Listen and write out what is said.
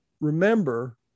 remember